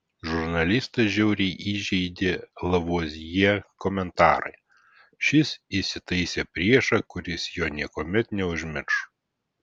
žurnalistą žiauriai įžeidė lavuazjė komentarai šis įsitaisė priešą kuris jo niekuomet neužmirš